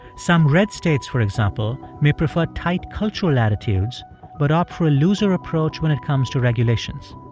some red states, for example, may prefer tight cultural attitudes but offer a looser approach when it comes to regulations.